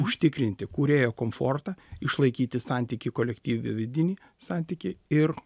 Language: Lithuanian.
užtikrinti kūrėjo komfortą išlaikyti santykį kolektyve vidinį santykį ir